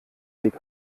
weg